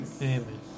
Amen